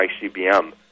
ICBM